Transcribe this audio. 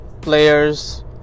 players